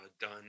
done